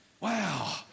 Wow